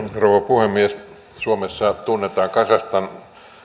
puhemies suomessa tunnetaan kazakstan